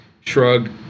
shrug